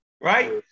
right